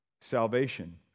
salvation